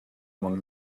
among